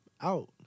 out